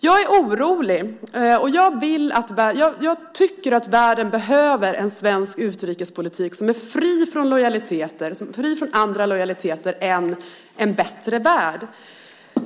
Jag är orolig, och jag tycker att världen behöver en svensk utrikespolitik som är fri från andra lojaliteter än en bättre värld.